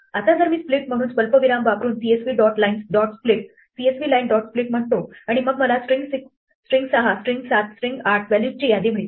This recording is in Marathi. आता जर मी स्प्लिट म्हणून स्वल्पविराम वापरून csvline dot split म्हणतो आणि मग मला स्ट्रिंग 6 स्ट्रिंग 7 स्ट्रिंग 8 व्हॅल्यूजची यादी मिळते